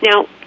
Now